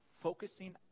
focusing